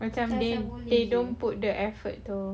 macam they they put the effort to